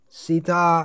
sita